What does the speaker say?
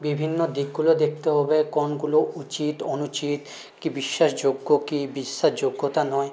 বিভিন্ন দিকগুলো দেখতে হবে কোনগুলো উচিত অনুচিত কী বিশ্বাসযোগ্য কী বিশ্বাসযোগ্য নয়